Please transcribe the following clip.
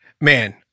man –